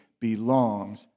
belongs